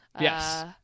Yes